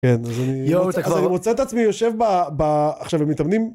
כן, אז אני מוצא את עצמי, יושב ב... עכשיו, הם מתאמנים?